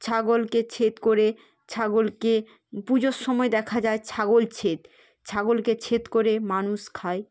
ছাগলকে ছেদ করে ছাগলকে পুজোর সময় দেখা যায় ছাগল ছেদ ছাগলকে ছেদ করে মানুষ খায়